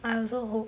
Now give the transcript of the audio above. I also hope